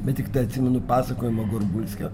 bet tiktai atsimenu pasakojimą gorbulskio